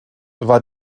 war